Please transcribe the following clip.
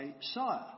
sire